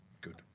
good